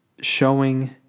showing